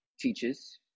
teaches